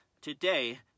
today